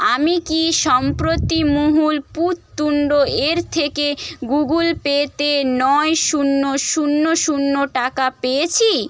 আমি কি সম্প্রতি মহুল পুততুন্ডয়ের থেকে গুগল পেতে নয় শূন্য শূন্য শূন্য টাকা পেয়েছি